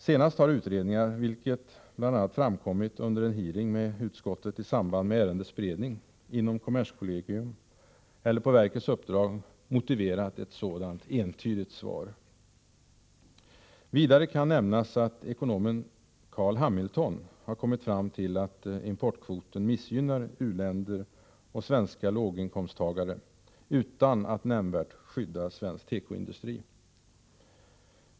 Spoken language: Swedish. Senast har utredningar — vilket bl.a. framkommit under en hearing med utskottet i samband med ärendets beredning — inom kommerskollegium eller på verkets uppdrag motiverat ett sådant entydigt svar. Vidare kan nämnas att ekonomen Carl Hamilton har kommit fram till att importkvoten missgynnar u-länder och svenska låginkomsttagare utan att nämnvärt skydda svensk tekoindustri.